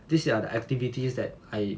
these are the activities that I